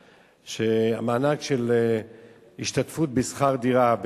המענק של השתתפות בשכר דירה.